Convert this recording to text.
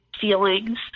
feelings